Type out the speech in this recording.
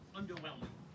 underwhelming